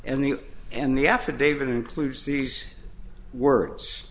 and the and the affidavit includes these words